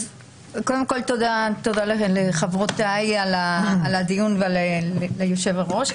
קודם כול, תודה לחברותיי וליושב-ראש על הדיון.